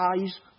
eyes